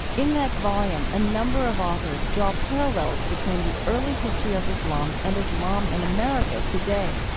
in that volume, a number of authors draw parallels between the early history of islam and islam in america today.